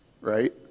right